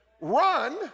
Run